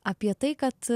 apie tai kad